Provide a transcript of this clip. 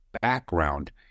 background